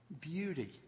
Beauty